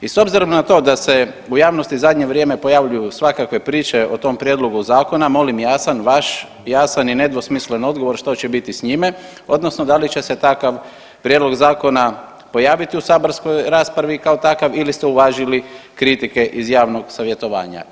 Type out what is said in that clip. I s obzirom da se u javnosti u zadnje vrijeme pojavljuju svakakve priče o tom prijedlogu zakona molim jasan vaš jasan i nedvosmislen odgovor što će biti s njime, odnosno da li će se takav prijedlog zakona pojaviti u saborskoj raspravi kao takav ili ste uvažili kritike iz javnog savjetovanja.